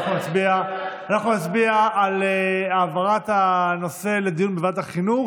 אנחנו נצביע על העברת הנושא לדיון בוועדת החינוך.